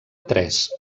tres